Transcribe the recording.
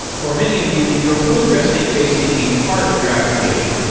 for many of you, your postgressql database is the heart of your application.